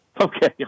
Okay